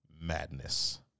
Madness